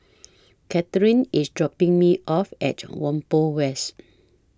Catharine IS dropping Me off At Whampoa West